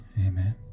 amen